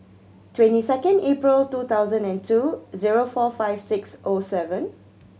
twenty second April two thousand and two zero four five six O seven